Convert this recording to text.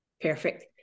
perfect